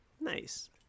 nice